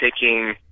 taking